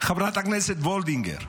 חברת הכנסת וולדיגר,